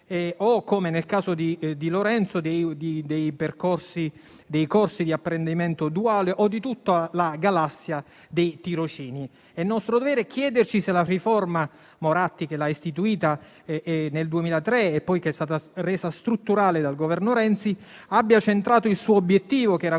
o, come nel caso di Lorenzo, dei percorsi di apprendimento duale o di tutta la galassia dei tirocini. È nostro dovere chiederci se la riforma Moratti che l'ha istituita nel 2003, e che poi è stata resa strutturale dal Governo Renzi, abbia centrato il suo obiettivo, che era